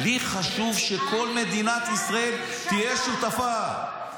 לי חשוב שכל מדינת ישראל תהיה שותפה.